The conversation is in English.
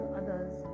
others